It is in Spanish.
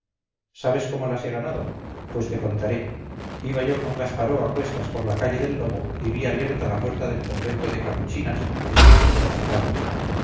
sabes cómo las he ganado pues te contaré iba yo con gasparó a cuestas por la calle del lobo y vi abierta la puerta del convento de capuchinas que siempre está cerrada